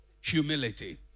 humility